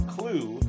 Clue